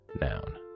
noun